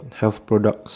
health products